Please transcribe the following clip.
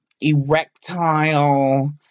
erectile